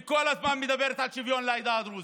והיא כל הזמן מדברת על שוויון לעדה הדרוזית,